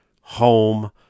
home